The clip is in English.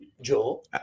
Joe